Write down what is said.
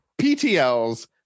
PTL's